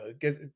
get